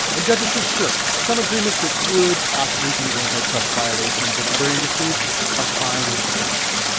and judges say sure, some agreements that would possibly be antitrust violations in other industries are fine in sports.